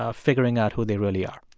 ah figuring out who they really are?